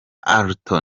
alto